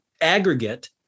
aggregate